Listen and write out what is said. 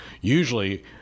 usually –